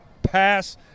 pass